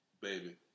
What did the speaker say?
baby